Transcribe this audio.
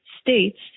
states